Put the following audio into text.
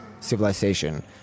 civilization